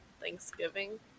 Thanksgiving